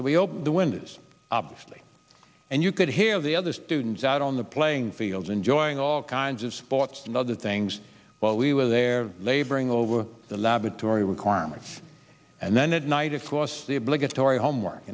so we opened the windows obviously and you could hear the other students out on the playing field enjoying all kinds of sports and other things while we were there laboring over the laboratory requirements and then at night across the obligatory homework